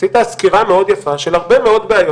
עשית סקירה מאוד יפה של הרבה מאוד בעיות